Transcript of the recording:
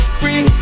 free